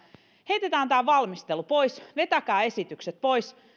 heitetään tämä valmistelu pois vetäkää esitykset pois